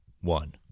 one